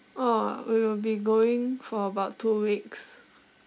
orh we will be going for about two weeks